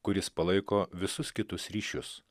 kuris palaiko visus kitus ryšius